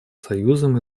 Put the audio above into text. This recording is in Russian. союзом